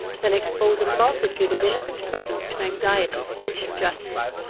than expose a multitude of innocent persons to anxiety and injustice.